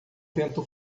vento